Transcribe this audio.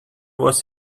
was